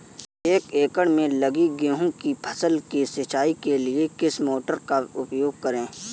एक एकड़ में लगी गेहूँ की फसल की सिंचाई के लिए किस मोटर का उपयोग करें?